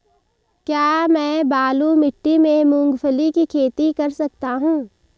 क्या मैं बालू मिट्टी में मूंगफली की खेती कर सकता हूँ?